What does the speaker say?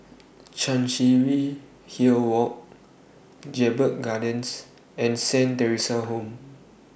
Chancery Hill Walk Jedburgh Gardens and Saint Theresa's Home